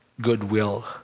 goodwill